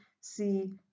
see